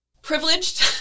privileged